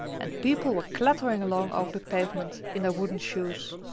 and people were clattering along over the pavement in their wooden shoes.